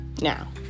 Now